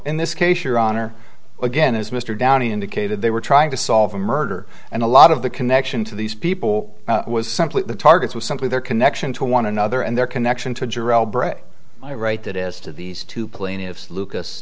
in this case your honor again as mr downey indicated they were trying to solve a murder and a lot of the connection to these people was simply the targets were simply their connection to one another and their connection to my right that is to these two plaintiffs lucas